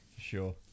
sure